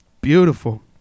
Beautiful